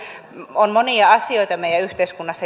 on monia asioita meidän yhteiskunnassa